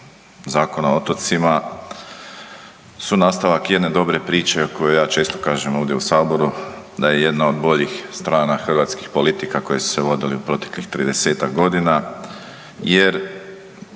Zakona o otocima su nastavak jedne dobre priče koju ja često kažem ovdje u saboru da je jedna od boljih strana hrvatskih politika koje su se vodile u proteklih 30-tak godina jer